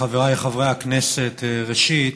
חבריי חברי הכנסת, ראשית,